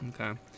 Okay